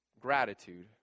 gratitude